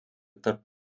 tarp